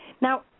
Now